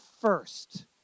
first